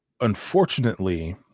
unfortunately